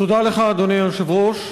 תודה לך, אדוני היושב-ראש.